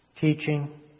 teaching